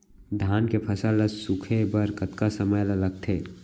धान के फसल ल सूखे बर कतका समय ल लगथे?